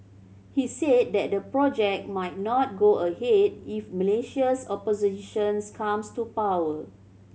he said that the project might not go ahead if Malaysia's oppositions comes to power